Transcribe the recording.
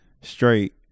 straight